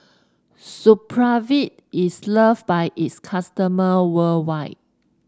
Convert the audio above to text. Supravit is loved by its customer worldwide